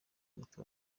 muti